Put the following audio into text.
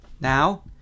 now